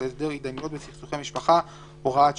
להסדר התדיינויות בסכסוכי משפחה (הוראת שעה),